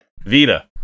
Vita